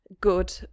good